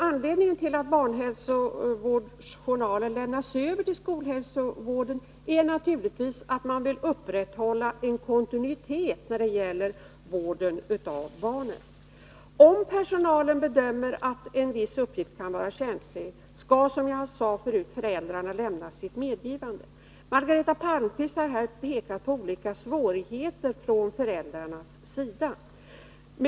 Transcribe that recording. Anledningen till att barnhälsovårdens journaler lämnas ut till skolhälsovården är naturligtvis att man vill upprätthålla en kontinuitet när det gäller vården av barnet. Om personalen bedömer att en viss uppgift kan vara känslig, skall, som jag sade förut, föräldrarna lämna sitt medgivande. Margareta Palmqvist har pekat på olika svårigheter för föräldrarna.